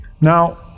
Now